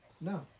No